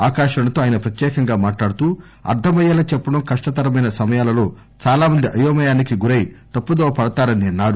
ఆకాశవాణితో ఆయన ప్రత్యేకంగా మాట్లాడుతూ అర్థమయ్యేలా చెప్పడం కష్టతరమైన సమయాలలో చాలా మంది అయోమయానికి గురై తప్పుదోవపడతారని అన్నారు